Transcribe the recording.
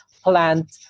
plant